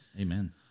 Amen